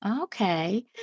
okay